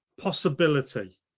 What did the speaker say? Possibility